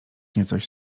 niecoś